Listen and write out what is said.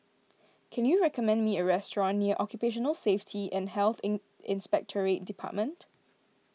can you recommend me a restaurant near Occupational Safety and Health in Inspectorate Department